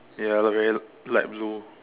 ya look very light blue